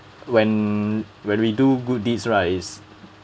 when when we do good deeds right